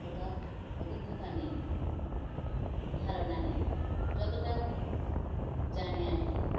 ততটা অভিজ্ঞতা নেই ধারণা নেই যতটা জানি আর কি